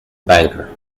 banker